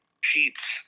Sheets